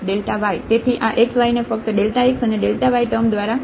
તેથી આ x y ને ફક્ત x અનેy ટૅમ દ્વારા બદલવામાં આવશે